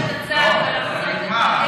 לא, זה עוד לא נגמר.